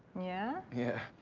yeah? yeah.